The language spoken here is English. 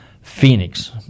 Phoenix